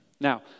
Now